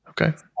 Okay